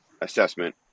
assessment